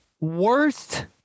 worst